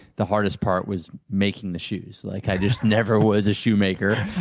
the hardest part was making the shoes. like i just never was a shoe maker.